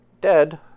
dead